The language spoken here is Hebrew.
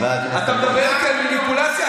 אתה מדבר על מניפולציה?